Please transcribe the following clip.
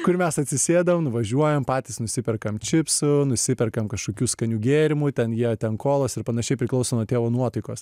kur mes atsisėdam nuvažiuojam patys nusiperkam čipsų nusiperkam kažkokių skanių gėrimų ten jie ten kolos ir panašiai priklauso nuo tėvo nuotaikos